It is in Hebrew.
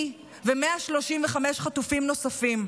היא ו-135 חטופים נוספים.